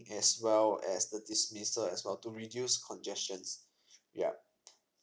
as well as the dismissal as well to reduce congestion yup